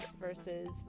versus